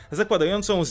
zakładającą